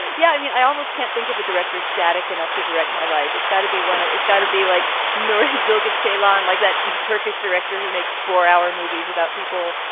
yeah. i mean, i almost can't think of a director static enough to direct my life. it's got to be one. it is gonna be like. nor he bill gates, shaila, and like that turkish director who makes four hour movies about people,